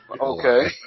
Okay